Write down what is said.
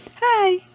hi